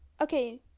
okay